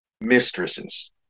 mistresses